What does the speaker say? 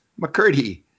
McCurdy